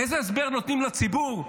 איזה הסבר נותנים לציבור,